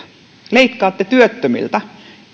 leikkaatte työttömiltä